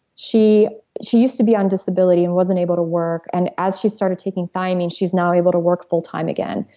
she she used to be on disability and wasn't able to work and as she started taking thiamine she's now able to work full-time again.